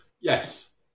Yes